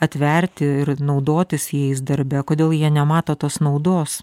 atverti ir naudotis jais darbe kodėl jie nemato tos naudos